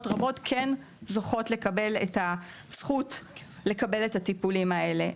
רבות כן זוכות לקבל את הזכות לקבל את הטיפולים האלו,